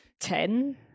ten